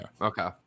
Okay